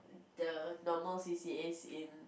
the normal C_C_As in